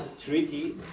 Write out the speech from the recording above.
treaty